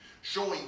showing